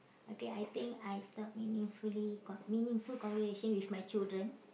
okay I think I talk meaningfully con~ meaningful conversation with my children